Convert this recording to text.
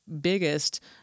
biggest